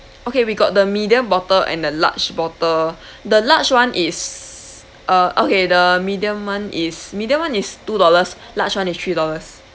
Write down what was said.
okay we got the medium bottle and the large bottle the large one is err okay the medium one is medium one is two dollars large one is three dollars